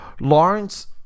Lawrence